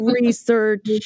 research